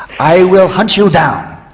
i will hunt you down,